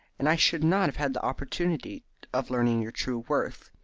and i should not have had the opportunity of learning your true worth.